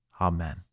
amen